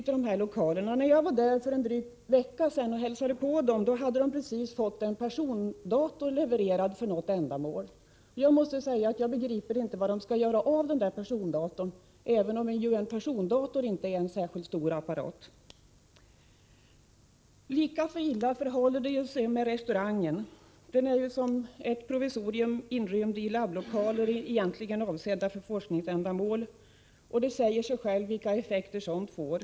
När jag var där och hälsade på dem som arbetar på expeditionerna för en dryg vecka sedan hade de just fått en persondator för något ändamål, men jag måste säga att jag inte begriper var de skall kunna ställa den, även om en persondator ju inte är någon särskilt stor apparat. Lika illa förhåller det sig med restaurangen. Den är inrymd som ett provisorium i laboratorielokaler, som egentligen är avsedda för forskningsändamål, och det säger sig självt vilka effekter sådant får.